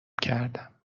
کردم